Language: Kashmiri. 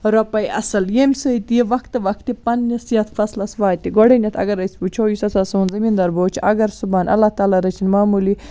رۄپاے اصٕل ییٚمہِ سۭتۍ یہِ وقتہٕ وقتہٕ پَننس یتھ فصلس واتہِ گۄڈٕنیٚتھ اَگر أسۍ وِچھو یُس ہَسا سون زٔمین دار بوے چھُ اگر صبحن اللہ تعالیٰ رٔچھنۍ معموٗلی